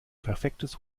perfektes